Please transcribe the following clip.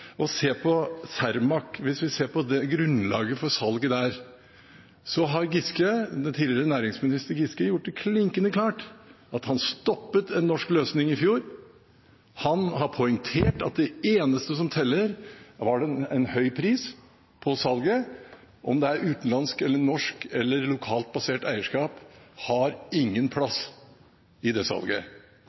se på Cermaq. Hvis vi ser på grunnlaget for salget der, har tidligere næringsminister Giske gjort det klinkende klart at han stoppet en norsk løsning i fjor. Han har poengtert at det eneste som teller, er en høy pris på salget. Om det er utenlandsk eller norsk eller lokalt basert eierskap, har ingen plass i det salget.